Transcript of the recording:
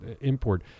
import